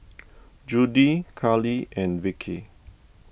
Judie Carli and Vickie